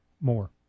more